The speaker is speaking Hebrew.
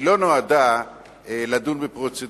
היא לא נועדה לדון בפרוצדורה.